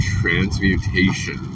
transmutation